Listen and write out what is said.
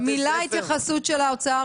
משרד האוצר, מילת התייחסות, בבקשה.